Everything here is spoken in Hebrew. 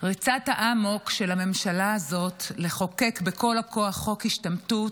ריצת האמוק של הממשלה הזאת לחוקק בכל הכוח חוק השתמטות